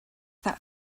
that